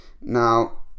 Now